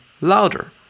louder